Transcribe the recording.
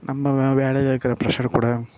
நம்ம வேலையில் இருக்கற ப்ரெஷர் கூட